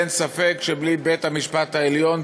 אין ספק שבלי בית-המשפט העליון,